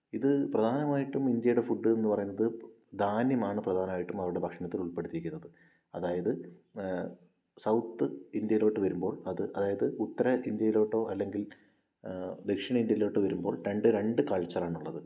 ഇത് പ്രധാനമായിട്ടും ഇന്ത്യയുടെ ഫുഡെന്ന് പറയുന്നത് ധാന്യമാണ് പ്രധാനമായിട്ടും അവരുടെ ഭക്ഷണത്തിൽ ഉൾപ്പെടുത്തിയിരിക്കുന്നത് അതായത് സൗത്ത് ഇന്ത്യയിലേക്ക് വരുമ്പോൾ അത് അതായത് ഉത്തരേന്ത്യയിലേക്കോ അല്ലെങ്കിൽ ദക്ഷിണേന്ത്യയിലേക്കോ വരുമ്പോൾ രണ്ടും രണ്ട് കൾച്ചറാണുള്ളത്